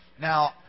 Now